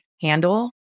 handle